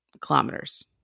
kilometers